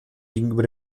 gegenüber